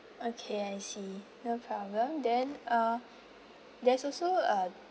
okay I see no problem then uh there's also a